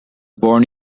born